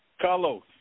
Carlos